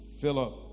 Philip